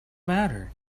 matter